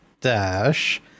dash